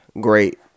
Great